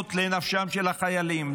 שנוגעות לנפשם של החיילים,